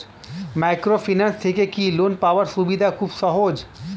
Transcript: Microfinance থেকে কি loan পাওয়ার সুবিধা খুব সহজ?